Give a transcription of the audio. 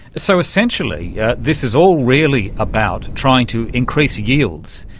so essentially yeah this is all really about trying to increase yields,